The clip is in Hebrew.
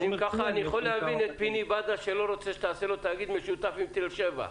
אז אני מבין את פיני בדש שלא רוצה שתעשה לו תאגיד משותף עם תל-שבע.